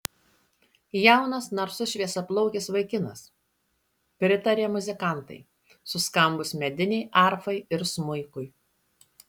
jaunas narsus šviesiaplaukis vaikinas pritarė muzikantai suskambus medinei arfai ir smuikui